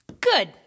Good